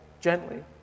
gently